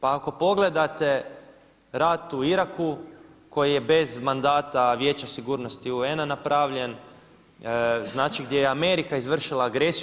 Pa ako pogledate rat u Iraku koji je bez mandata Vijeća sigurnosti UN-a napravljen, znači gdje je Amerika izvršila agresiju.